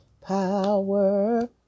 Power